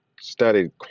studied